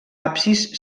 absis